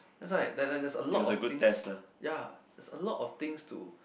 that's why like like there's a lot of things ya there's a lot of things to